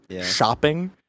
shopping